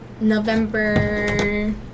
November